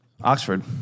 Oxford